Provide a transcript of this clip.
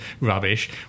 rubbish